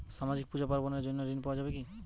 সামাজিক পূজা পার্বণ এর জন্য ঋণ পাওয়া যাবে কি?